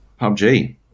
PUBG